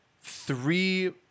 three